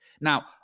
Now